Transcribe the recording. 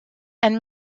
and